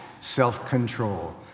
self-control